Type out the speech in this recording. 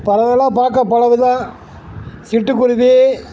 பறவையெலாம் பார்க்க பலவிதம் சிட்டுக்குருவி